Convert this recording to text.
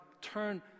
turn